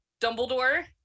dumbledore